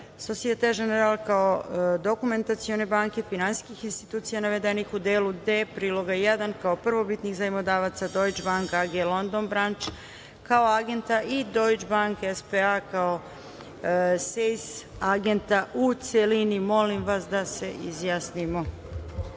Societe Generale kao Dokumentacione banke, finansijskih institucija navedenih u Delu D Priloga 1 kao Prvobitnih zajmodavaca, Deutsche Bank AG London Branch kao Agenta i Deutsche Bank S.P.A. kao SACE Agenta, u celini. Molim vas da se